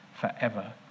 forever